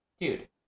dude